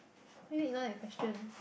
wait ignore that question